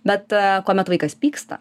bet kuomet vaikas pyksta